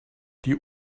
die